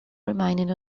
remained